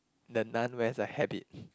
the Nun wears a habit